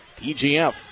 EGF